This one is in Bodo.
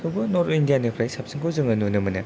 थेवबो नर्ट इण्डिया निफ्राय साबसिनखौ जोङो नुनो मोनो